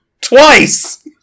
twice